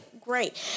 Great